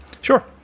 Sure